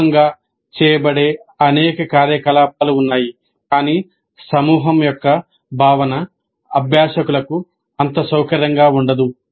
సమూహంగా చేయబడే అనేక కార్యకలాపాలు ఉన్నాయి కానీ సమూహం యొక్క భావన అభ్యాసకులకు అంత సౌకర్యంగా ఉండదు